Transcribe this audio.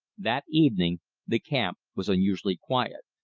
that evening the camp was unusually quiet.